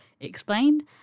explained